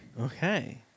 okay